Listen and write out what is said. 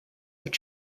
were